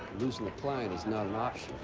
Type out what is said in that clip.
losing a client is not an option.